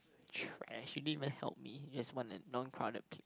trash she did not help me just one and non crowded